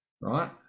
Right